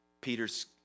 Peter's